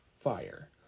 fire